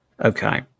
Okay